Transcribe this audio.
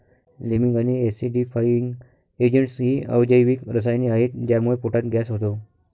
liming आणि acidifying agents ही अजैविक रसायने आहेत ज्यामुळे पोटात गॅस होतो